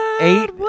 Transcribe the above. Eight